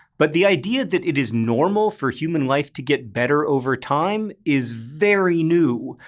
but the idea that it is normal for human life to get better over time is very new.